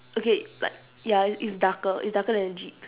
okay like ya it it's darker it's darker than the jeep